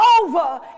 over